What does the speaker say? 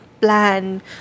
plan